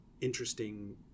interesting